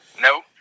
Nope